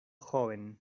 joven